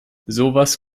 sowas